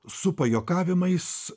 su pajuokavimais